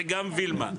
וגם וילמה,